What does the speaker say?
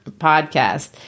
podcast